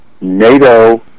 NATO